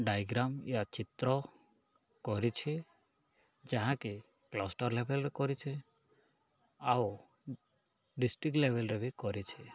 diagram ୟା ଚିତ୍ର କରିଛି ଯାହାକି କ୍ଲଷ୍ଟର ଲେଭେଲରେ କରିଛି ଆଉ ଡିଷ୍ଟ୍ରିକ୍ ଲେଭେଲରେ ବି କରିଛି